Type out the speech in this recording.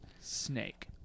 Snake